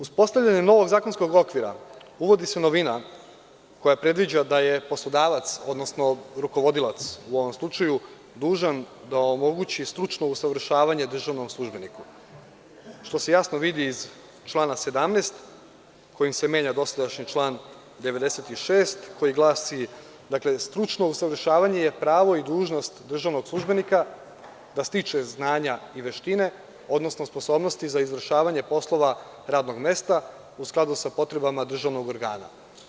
Uspostavljanjem novog zakonskog okvira uvodi se novina koja predviđa da je poslodavac, odnosno rukovodilac, u ovom slučaju, dužan da omogući stručno usavršavanje državnom službeniku, što se jasno vidi iz člana 17. kojim se menja dosadašnji član 96. koji glasi: „Stručno usavršavanje je pravo i dužnost državnog službenika da stiče znanja i veštine, odnosno sposobnosti za izvršavanje poslova radnog mesta u skladu sa potrebama državnog organa.